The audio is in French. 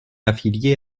affilié